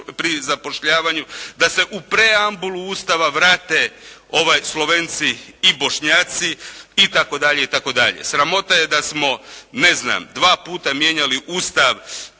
pri zapošljavanju, da se u preambulu Ustava vrate Slovenci i Bošnjaci itd. Sramota je da smo ne znam dva puta mijenjali Ustav